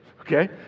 Okay